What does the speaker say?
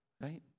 right